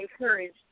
encouraged